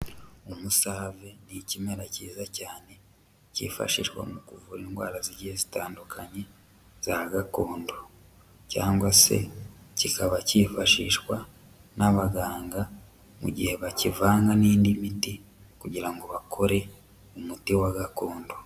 Umusave ni ikimera kiza cyane kifashishwa mu kuvura indwara zigiye zitandukanye za gakondo cyangwa se kikaba cyifashishwa n'abaganga mu gihe bakivanga n'indi miti kugira ngo bakore umuti wa gakondo.